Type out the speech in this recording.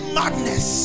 madness